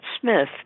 Smith